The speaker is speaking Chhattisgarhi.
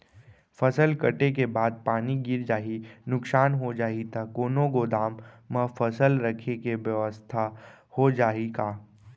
फसल कटे के बाद पानी गिर जाही, नुकसान हो जाही त कोनो गोदाम म फसल रखे के बेवस्था हो जाही का?